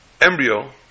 embryo